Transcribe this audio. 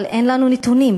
אבל אין לנו נתונים,